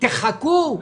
או לחכות?